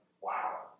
Wow